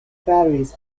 batteries